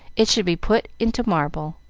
it should be put into marble.